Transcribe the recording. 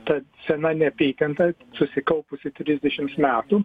ta sena neapykanta susikaupusi trisdešims metų